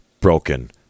broken